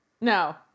No